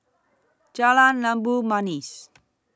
Jalan Labu Manis